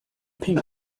ping